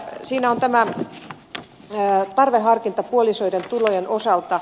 siinä on tämä tarveharkinta puolisoiden tulojen osalta